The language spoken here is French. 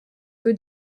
peu